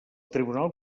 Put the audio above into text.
tribunal